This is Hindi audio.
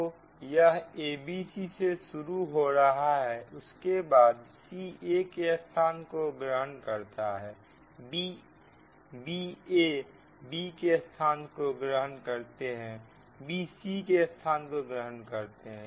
तो यह a b c से शुरू हो रहा है उसके बाद c a के स्थान को ग्रहण करता है b a b के स्थान को ग्रहण करता है b c के स्थान को ग्रहण करता है